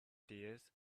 dears